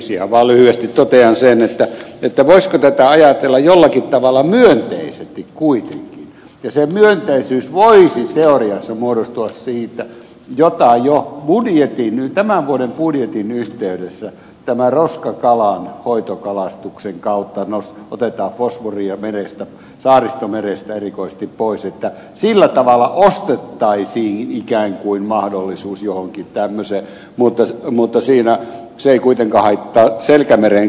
ihan vaan lyhyesti totean sen voisiko tätä ajatella jollakin tavalla myönteisesti kuitenkin ja se myönteisyys voisi teoriassa muodostua siitä kun jo tämän vuoden budjetin yhteydessä tämän roskakalan hoitokalastuksen kautta otetaan fosforia pois merestä saaristomerestä erikoisesti että sillä tavalla ostettaisiin ikään kuin mahdollisuus johonkin tämmöiseen mutta se ei kuitenkaan haittaa selkämeren